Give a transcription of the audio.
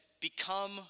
become